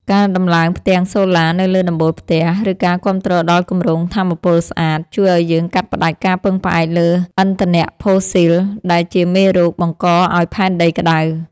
ការដំឡើងផ្ទាំងសូឡានៅលើដំបូលផ្ទះ ឬការគាំទ្រដល់គម្រោងថាមពលស្អាត ជួយឱ្យយើងកាត់ផ្ដាច់ការពឹងផ្អែកលើឥន្ធនៈផូស៊ីល ដែលជាមេរោគបង្កឱ្យផែនដីក្ដៅ។